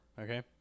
Okay